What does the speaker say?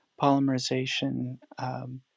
polymerization